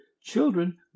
children